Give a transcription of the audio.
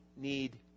need